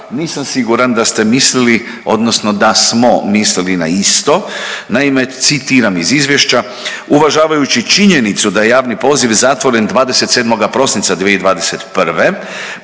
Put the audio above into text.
nisam siguran da ste mislili odnosno da smo mislili na isto. Naime, citiram iz izvješća, uvažavajući činjenicu da je javni poziv zatvoren 27. prosinca 2021.